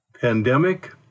Pandemic